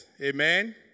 Amen